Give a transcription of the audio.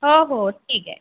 हो हो ठीक आहे